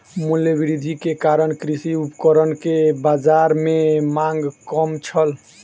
मूल्य वृद्धि के कारण कृषि उपकरण के बाजार में मांग कम छल